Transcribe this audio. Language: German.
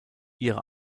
ihre